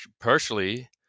partially